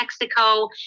Mexico